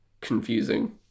confusing